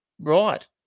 Right